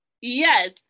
Yes